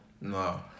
No